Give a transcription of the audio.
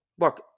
look